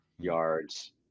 yards